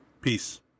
Peace